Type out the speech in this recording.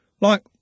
Like